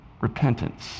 repentance